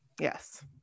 yes